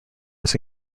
was